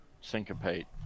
syncopate